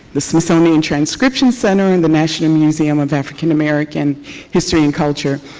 the smithsonian transcription center and the national museum of african american history and culture.